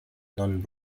non